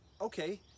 Okay